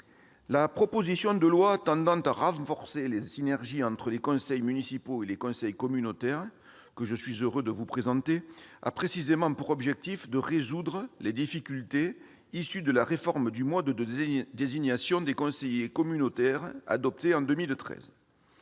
La proposition de loi tendant à renforcer les synergies entre les conseils municipaux et les conseils communautaires, que je suis heureux de vous présenter, a précisément pour objectif de résoudre les difficultés issues de la réforme du mode de désignation des conseillers communautaires adoptée en 2013.